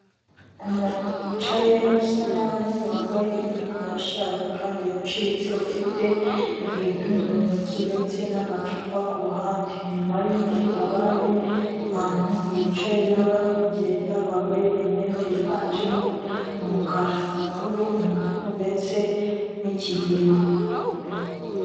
Umuntu wicaye usa nabi wambaye imyenda yashaje kandi yacitse, ufite ibintu mu ntoki ndetse n'amacupa ku ruhande. Inyuma ye hari abandi bantu bicaye n'abari kugenda bambaye imyenda yiganjemo umukara. Ubururu, umutuku ndetse n'ikigina.